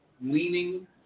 leaning